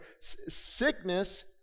Sickness